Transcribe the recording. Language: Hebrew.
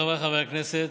חבריי חברי הכנסת,